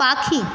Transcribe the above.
পাখি